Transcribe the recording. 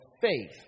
faith